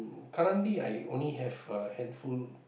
currently I have only have a handful